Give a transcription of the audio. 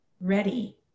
ready